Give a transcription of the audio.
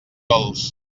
cols